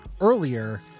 earlier